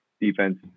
defense –